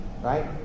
right